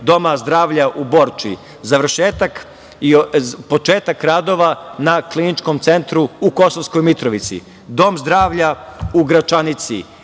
Doma zdravlja u Borči, završetak i početak radova KC u Kosovskoj Mitrovici, Dom zdravlja u Gračanici,